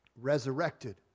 resurrected